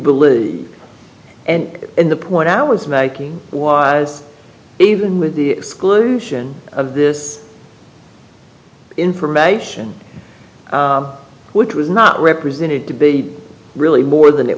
believe and in the point i was making was even with the exclusion of this information which was not represented to be really more than it